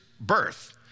birth